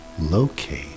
locate